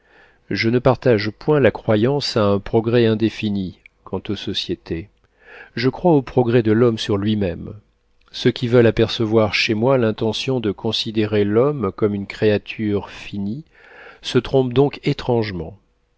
je ne partage point la croyance à un progrès indéfini quant aux sociétés je crois aux progrès de l'homme sur lui-même ceux qui veulent apercevoir chez moi une intention de considérer l'homme comme créature finie se trompent donc étrangement